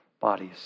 bodies